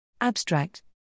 Abstract